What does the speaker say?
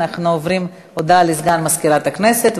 הודעה לסגן מזכירת הכנסת,